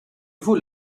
vaut